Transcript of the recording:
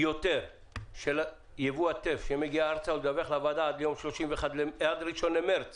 יותר של יבוא הטף שמגיע ארצה ולדווח לוועדה עד יום ראשון למרץ